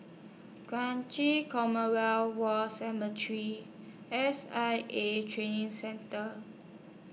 Kranji Commonwealth War Cemetery S I A Training Centre